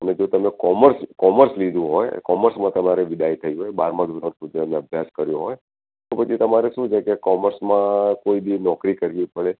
અને જો તમે કોમર્સ કોમર્સ લીધું હોય કોમર્સમાં તમારે વિદાય થઈ હોય બારમા ધોરણ સુધીનો અભ્યાસ કર્યો હોય તો પછી તમારે શું છે કે કોમર્સમાં કોઈ બી નોકરી કરવી પડે